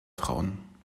frauen